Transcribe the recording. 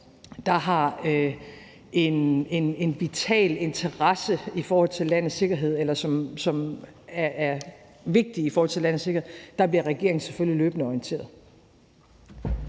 der har en vital interesse i forhold til landets sikkerhed, eller som er vigtige i forhold til landets sikkerhed, bliver regeringen selvfølgelig løbende orienteret.